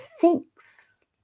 thinks